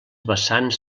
vessants